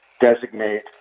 designate